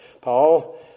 Paul